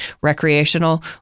recreational